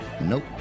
Nope